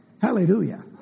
Hallelujah